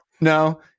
no